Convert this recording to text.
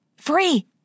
Free